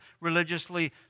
religiously